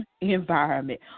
environment